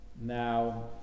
Now